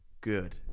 good